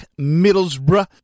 middlesbrough